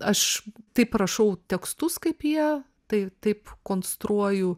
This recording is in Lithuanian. aš taip rašau tekstus kaip jie tai taip konstruoju